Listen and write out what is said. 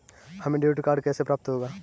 हमें debit card कैसे प्राप्त होगा?